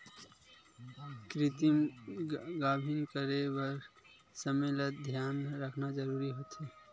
कृतिम गाभिन करे बर समे ल धियान राखना जरूरी होथे